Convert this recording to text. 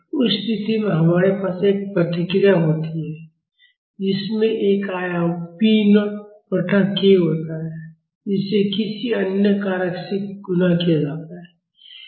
उस स्थिति में हमारे पास एक प्रतिक्रिया होती है जिसमें एक आयाम p नॉट बटा k होता है जिसे किसी अन्य कारक से गुणा किया जाता है